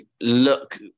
look